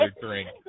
drink